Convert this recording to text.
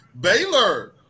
Baylor